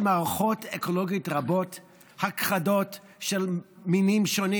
מערכות אקולוגיות רבות והכחדה של מינים שונים,